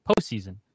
postseason